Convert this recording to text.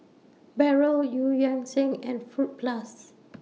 Barrel EU Yan Sang and Fruit Plus